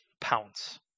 Pounce